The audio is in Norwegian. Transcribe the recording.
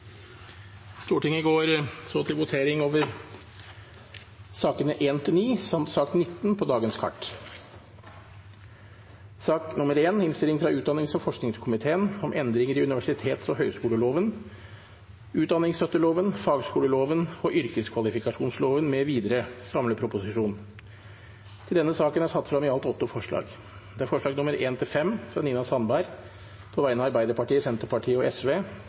Stortinget går så til votering over sakene nr. 1–9 og nr. 19 på dagens kart, dagsorden nr. 88. Under debatten er det satt frem i alt åtte forslag. Det er forslagene nr. 1–5, fra Nina Sandberg på vegne av Arbeiderpartiet, Senterpartiet og